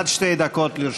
עד שתי דקות לרשותך.